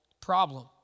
problem